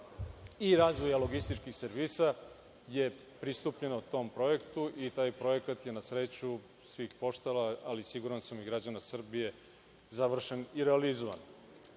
i razvoja logističkih servisa, je pristupljeno tom projektu i taj projekat je, na sreću svih pošta, ali siguran sam i građana Srbije, završen i realizovan. Nikakvih